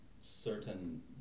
certain